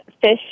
fish